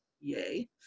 yay